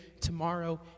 tomorrow